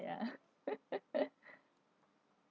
ya